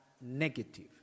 negative